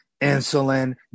insulin